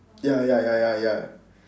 ya ya ya ya ya